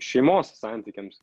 šeimos santykiams